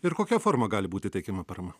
ir kokia forma gali būti teikiama parama